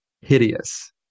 hideous